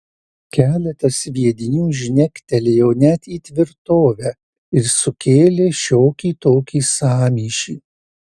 keletas sviedinių žnegtelėjo net į tvirtovę ir sukėlė šiokį tokį sąmyšį